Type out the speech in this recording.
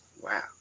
Wow